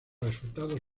resultados